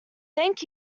thank